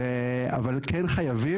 אבל כן חייבים.